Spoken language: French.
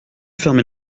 fermer